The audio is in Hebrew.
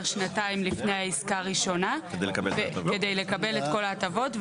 שנתיים לפני העסקה הראשונה כדי לקבל את כל ההטבות,